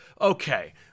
Okay